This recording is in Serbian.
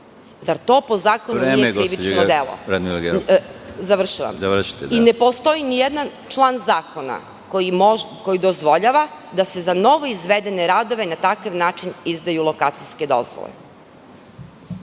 Zar to po zakonu nije krivično delo?(Predsedavajući: Vreme.)Završavam. Ne postoji ni jedan član zakona koji dozvoljava da se za novo izvedene radove na takav način izdaju lokacijske dozvole.